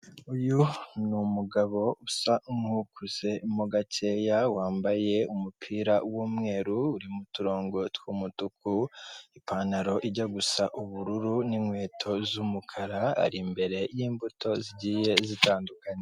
Uyu ni umugabo usa n'ukuze mo gakeya, wambaye umupira w'umweru urimo uturongo tw'umutuku, ipantaro ijya gusa ubururu n'inkweto z'umukara, ari imbere y'imbuto zigiye zitandukanye.